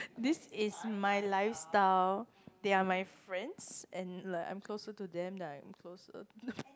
this is my lifestyle they are my friends and like I'm closer to them than I am closer to